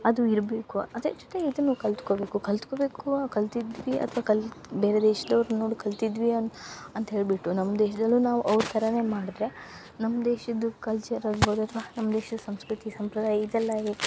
ಅದು ಇರಬೇಕು ಅದಷ್ಟೆ ಇದುನು ಕಲ್ತ್ಕೋ ಬೇಕು ಕಲ್ತ್ಕೋ ಬೇಕುವ ಕಲ್ತಿದ್ವಿ ಅಥ್ವ ಕಲ್ತು ಬೇರೆ ದೇಶ್ದೋರ ನೋಡಿ ಕಲ್ತಿದ್ವಿ ಅಂತ ಅಂತ ಹೇಳ್ಬಿಟ್ಟು ನಮ್ಮ ದೇಶದಲ್ಲೂ ನಾವು ಅವ್ರ ಥರನೆ ಮಾಡಿದರೆ ನಮ್ಮ ದೇಶದ ಕಲ್ಚರ್ ಆಗಬಹುದು ಅಥ್ವ ನಮ್ಮ ದೇಶದ ಸಂಸ್ಕೃತಿ ಸಂಪ್ರದಾಯ ಇದೆಲ್ಲ